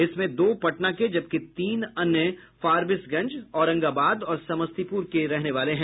इसमें दो पटना के जबकि तीन अन्य फारबिसगंज औरंगाबाद और समस्तीपुर के रहने वाले हैं